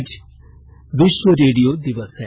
आज विश्व रेडियो दिवस है